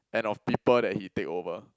and of people that he take over